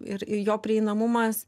ir ir jo prieinamumas